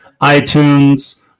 iTunes